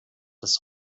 des